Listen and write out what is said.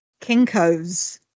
Kinko's